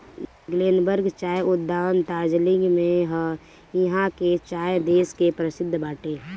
Glenburn चाय उद्यान दार्जलिंग में हअ इहा के चाय देश के परशिद्ध बाटे